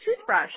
toothbrush